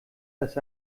dass